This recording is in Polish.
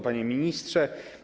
Panie Ministrze!